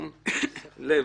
בתשומת לב,